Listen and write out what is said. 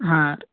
ಹಾಂ ರೀ